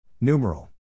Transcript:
Numeral